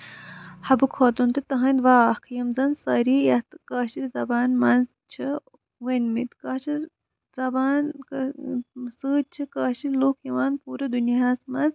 حبہٕ خٲتوٗن تہٕ تہٕندۍ واکھ یِم زَن سٲری یَتھ کٲشرِ زَبانہِ منٛز چھِ ؤنمٕتۍ کٲشِر زَبان سۭتۍ چھِ کٲشِر لُکھ یِوان پوٗرٕ دُنیاہَس منٛز